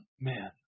Man